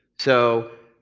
so,